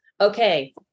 Okay